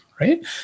right